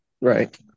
Right